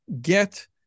get